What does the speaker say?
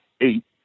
eight